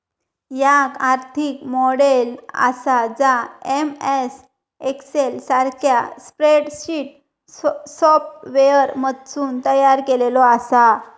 याक आर्थिक मॉडेल आसा जा एम.एस एक्सेल सारख्या स्प्रेडशीट सॉफ्टवेअरमधसून तयार केलेला आसा